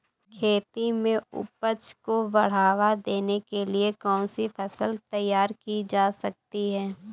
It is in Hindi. खेती में उपज को बढ़ावा देने के लिए कौन सी फसल तैयार की जा सकती है?